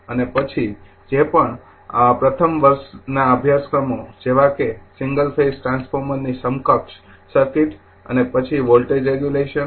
અને પછી જે પણ પ્રથમ વર્ષના અભ્યાસક્રમો જેવા કે સિંગલ ફેઝ ટ્રાન્સફોર્મરની સમકક્ષ સર્કિટ અને પછી વોલ્ટેજ રેગ્યુલેશન